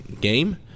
game